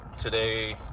today